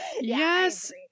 Yes